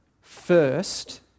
first